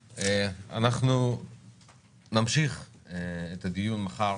אנחנו נמשיך את הדיון מחר,